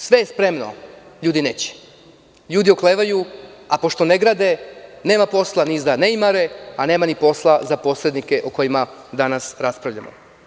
Sve je spremno, ljudi neće, ljudi oklevaju, a pošto ne grade, nema posla ni za neimare, a nema ni posla ni za posrednice o kojima danas raspravljamo.